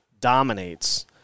dominates